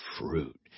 fruit